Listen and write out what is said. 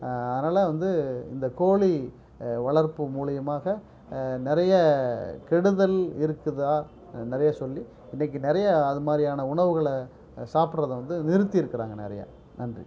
அதனால வந்து இந்த கோழி வளர்ப்பு மூலியமாக நிறைய கெடுதல் இருக்குதா நிறைய சொல்லி இன்றைக்கி நிறைய அது மாரியான உணவுகளை சாப்புடுறத வந்து நிறுத்திருக்கிறாங்க நிறையா நன்றி